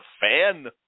fan